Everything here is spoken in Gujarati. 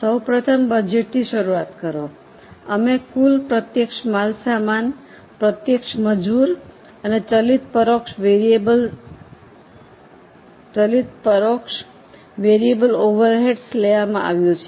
સૌ પ્રથમ બજેટથી શરૂઆત કરો અમે કુલ પ્રત્યક્ષ માલ સામાન પ્રત્યક્ષ મજૂર અને ચલિત પરોક્ષ લેવામાં આવ્યું છે